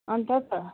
अन्त त